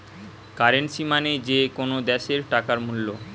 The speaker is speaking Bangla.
কারেন্সী মানে যে কোনো দ্যাশের টাকার মূল্য